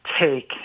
take